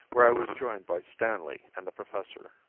where i was joined by stanley and the professor.